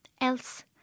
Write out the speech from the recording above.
else